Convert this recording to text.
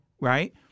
right